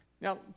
Now